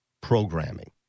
programming